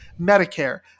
Medicare